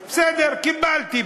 "בסדר, קיבלתי".